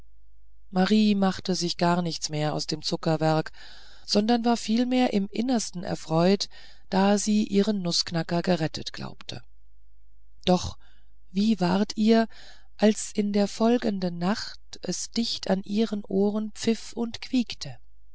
marie machte sich gar nichts mehr aus dem zuckerwerk sondern war vielmehr im innersten erfreut da sie ihren nußknacker gerettet glaubte doch wie ward ihr als in der folgenden nacht es dicht an ihren ohren pfiff und quiekte